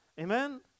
Amen